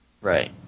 Right